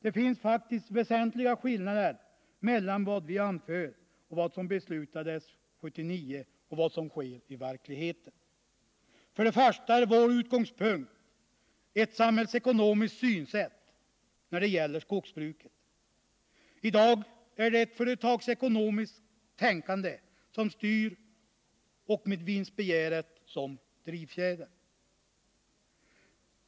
Det finns faktiskt väsentliga skillnader mellan vad vi anför, vad som beslutades 1979 och vad som sker i verkligheten. För det första är vår utgångspunkt ett samhällsekonomiskt synsätt när det gäller skogsbruket. I dag är det ett företagsekonomiskt tänkande som styr, med vinstbegäret som drivfjäder.